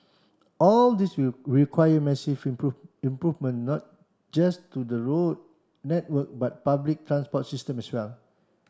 all this will require massive improve improvement not just to the road network but public transport systems as well